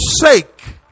sake